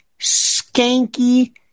skanky